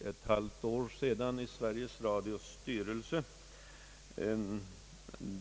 ett halvt år sedan i Sveriges Radios styrelse.